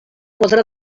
podrà